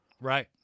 Right